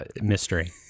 Mystery